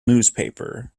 newspaper